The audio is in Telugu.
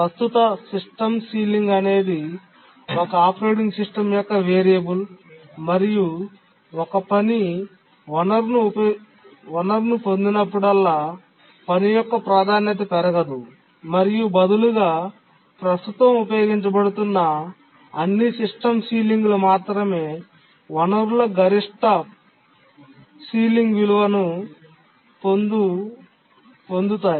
ప్రస్తుత సిస్టమ్స్ సీలింగ్ అనేది ఒక ఆపరేటింగ్ సిస్టమ్ యొక్క వేరియబుల్ మరియు ఒక పని వనరును పొందినప్పుడల్లా పని యొక్క ప్రాధాన్యత పెరగదు మరియు బదులుగా ప్రస్తుతం ఉపయోగించబడుతున్న అన్ని సిస్టమ్ సీలింగ్ లు మాత్రమే వనరుల గరిష్ట పైకప్పు విలువను పొందువీడియోస్తాయి